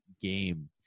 game